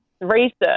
research